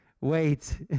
wait